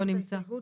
הסתייגות